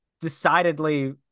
decidedly